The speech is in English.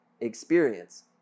experience